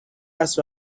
است